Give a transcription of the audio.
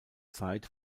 zeit